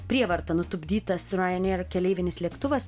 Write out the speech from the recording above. prievarta nutupdytas ryanair keleivinis lėktuvas